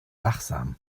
wachsam